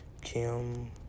Kim